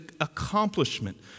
accomplishment